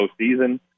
postseason